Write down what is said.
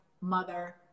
mother